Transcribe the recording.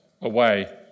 away